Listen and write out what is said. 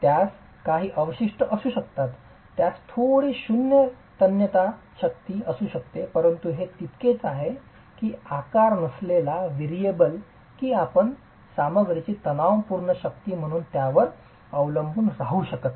त्यास काही अवशिष्ट असू शकतात त्यास थोडीशी शून्य तन्यता शक्ती असू शकते परंतु हे इतकेच आहे की आकार नसलेला व्हेरिएबल की आपण सामग्रीची तणावपूर्ण शक्ती म्हणून त्यावर अवलंबून राहू शकत नाही